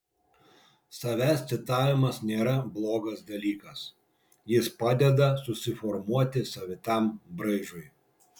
savęs citavimas nėra blogas dalykas jis padeda susiformuoti savitam braižui